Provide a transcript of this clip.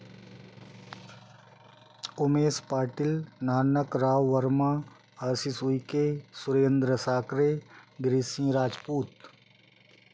Umesh Patil Nanak Rao Verma Ashish Uike Surendra Sakre Bire Singh Rajput